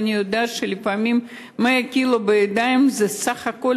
ואני יודעת שלפעמים 100 קילו בידיים זה סך הכול